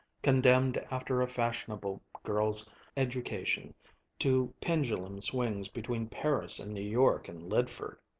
condemned after a fashionable girl's education to pendulum swings between paris and new york and lydford.